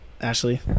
Ashley